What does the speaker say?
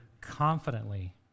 confidently